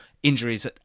Injuries